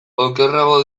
okerrago